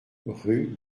rue